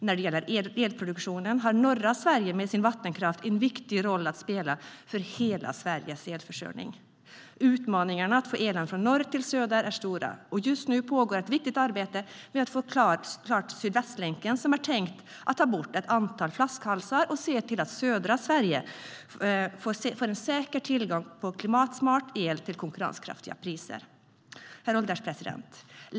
När det gäller elproduktionen har norra Sverige med sin vattenkraft en viktig roll att spela för hela Sveriges elförsörjning. Utmaningarna att få elen från norr till söder är stora. Just nu pågår ett viktigt arbete med att få klart Sydvästlänken, som är tänkt ta bort ett antal flaskhalsar och se till så att södra Sverige får en säker tillgång till klimatsmart el till konkurrenskraftiga priser. Herr ålderspresident!